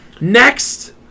Next